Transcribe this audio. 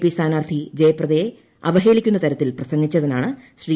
P സ്ഥാനാർത്ഥി ജയപ്രദയെ അവഹേളിക്കുന്ന തരത്തിൽ പ്രസംഗിച്ചതിനാണ് ശ്രീ